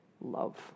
Love